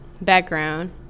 background